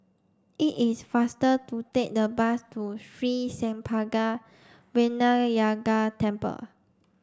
it is faster to take the bus to Sri Senpaga Vinayagar Temple